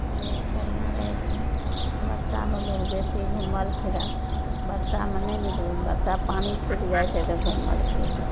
जे बढ़िआँ रहैत छै बरसामे लोग बेसी घूमल फिरल बरसामे नहि निकलल बरसा पानि छूटि जाइत छै तऽ घूमल फिरल